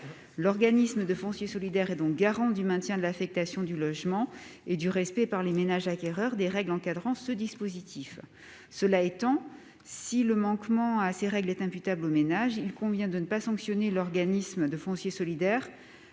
L'organisme de foncier solidaire est donc garant du maintien de l'affectation du logement et du respect, par les ménages acquéreurs, des règles encadrant ce dispositif. Cela étant, si le manquement à ces règles est imputable au ménage, il convient de ne pas sanctionner l'organisme de foncier solidaire